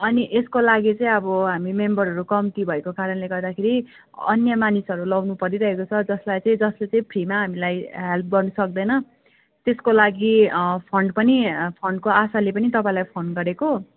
अनि यसको लागि चाहिँ अब हामी मेम्बरहरू कम्ती भएको कारणले गर्दाखेरि अन्य मानिसहरू लगाउनु परिरहेको छ जसलाई चाहिँ जसले चाहिँ फ्रीमा हामीलाई हेल्प गर्नुसक्दैन त्यसको लागि फन्ड पनि फन्डको आशाले पनि तपाईँलाई फोन गरेको